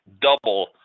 double